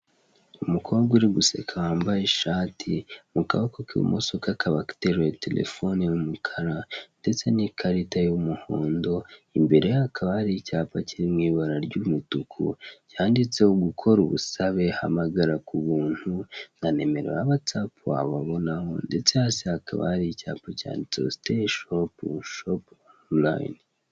Umukobwa uri guseka wambaye ishati, mu kaboko k'ibumoso kakaba gateruye telefone y'umukara ndetse n'ikarita y'umuhondo, imbere ye hakaba hari icyapa kiri mu ibara ry'umutuku cyanditseho gukora ubusabe hamagara ku buntu na nimero ya watsapu wababonaho ndetse hasi hakaba hari icyapa cyanditseho sitayi shopu shopu onilayini.